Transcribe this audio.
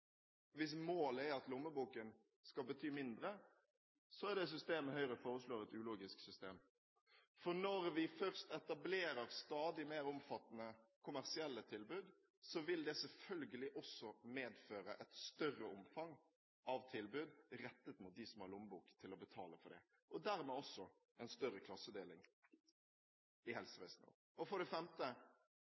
Hvis målet er at lommeboken skal bety mindre, er det systemet Høyre foreslår, et ulogisk system. For når vi først etablerer stadig mer omfattende kommersielle tilbud, vil det selvfølgelig også medføre et større omfang av tilbud rettet mot dem som har lommebok til å betale for det – og dermed også en større klassedeling i helsevesenet. Og for det femte: